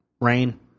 Rain